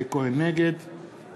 נגד